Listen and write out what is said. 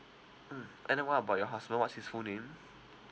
mm and then what about your husband what's his full name